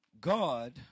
God